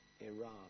Iran